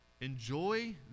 enjoy